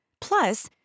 Plus